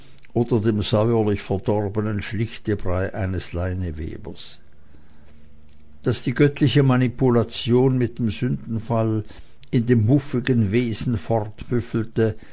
oder von dem säuerlich verdorbenen schlichtebrei eines leinewebers daß die göttliche manipulation mit dem sündenfall in dem muffigen wesen